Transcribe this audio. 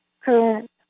current